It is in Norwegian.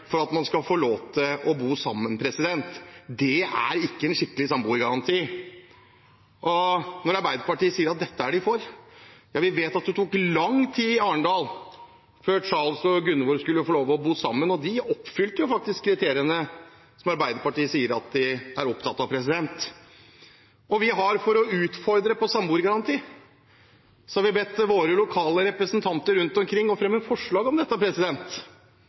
da kalte man det en kjærlighetsgaranti. Men en forutsetning for Arbeiderpartiets kjærlighetsgaranti er at begge er syke, og begge må bo på et sykehjem for å få lov til å bo sammen. Det er ikke en skikkelig samboergaranti. Arbeiderpartiet sier at de er for dette. Vel, vi vet at det tok lang tid i Arendal før Charles og Gunvor skulle få lov til å bo sammen, og de oppfylte faktisk de kriteriene som Arbeiderpartiet sier de er opptatt av. For å utfordre på dette med samboergaranti har vi bedt våre lokale representanter rundt omkring fremme